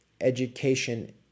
education